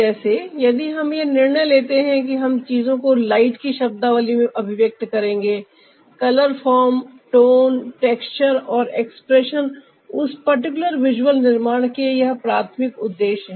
जैसे यदि हम यह निर्णय लेते हैं कि हम चीजों को लाइट की शब्दावली में अभिव्यक्त करेंगे कलर फॉर्म टोन टेक्सचर और एक्सप्रेशन उस पार्टिकुलर विजुअल निर्माण के यह प्राथमिक उद्देश्य हैं